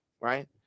Right